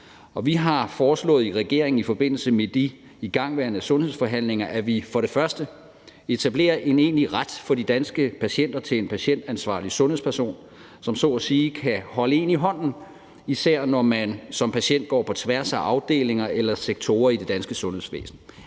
vi har foreslået regeringen i forbindelse med de igangværende sundhedsforhandlinger, at vi for det første etablerer en egentlig ret for de danske patienter til en patientansvarlig sundhedsperson, som så at sige kan holde en i hånden, især når man som patient går på tværs af afdelinger eller sektorer i det danske sundhedsvæsen.